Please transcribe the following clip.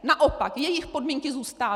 Naopak jejich podmínky zůstávají!